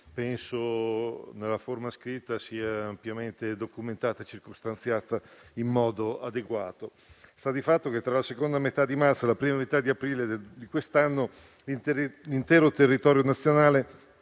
penso nel testo scritto sia ampiamente documentata e circostanziata. Sta di fatto che tra la seconda metà di marzo e la prima metà di aprile di quest'anno l'intero territorio nazionale